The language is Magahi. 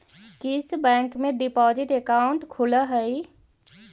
किस बैंक में डिपॉजिट अकाउंट खुलअ हई